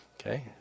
Okay